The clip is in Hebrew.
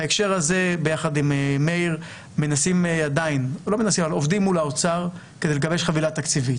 בהקשר הזה ביחד עם מאיר עובדים מול האוצר כדי לגבש חבילה תקציבית.